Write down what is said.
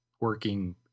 working